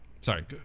Sorry